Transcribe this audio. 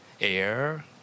air